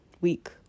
week